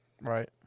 Right